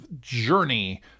journey